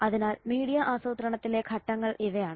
അതിനാൽ മീഡിയ ആസൂത്രണത്തിലെ ഘട്ടങ്ങൾ ഇവയാണ്